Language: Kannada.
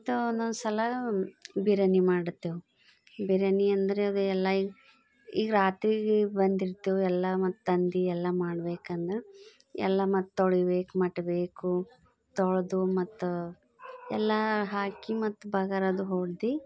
ಮತ್ತು ಒಂದೊಂದ್ಸಲ ಬಿರಿಯಾನಿ ಮಾಡ್ತೇವೆ ಬಿರಿಯಾನಿ ಅಂದ್ರೆ ಅದೆಲ್ಲ ಈಗ ಈಗ ರಾತ್ರಿಗೆ ಬಂದಿರ್ತೇವೆ ಎಲ್ಲ ಮತ್ತೆ ತಂದು ಎಲ್ಲ ಮಾಡಬೇಕಲ್ಲ ಎಲ್ಲ ಮತ್ತೊಳಿಬೇಕು ಮಟ್ಟಬೇಕು ತೊಳೆದು ಮತ್ತೆ ಎಲ್ಲ ಹಾಕಿ ಮತ್ತೆ ಬಗಾರದು ಹೊಡೆದು